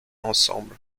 ensemble